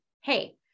hey